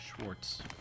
Schwartz